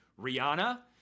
Rihanna